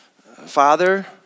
Father